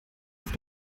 auf